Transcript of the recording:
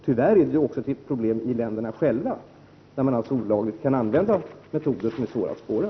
Det är ett problem i länderna internt att man olagligt tyvärr kan använda metoder som är svåra att spåra.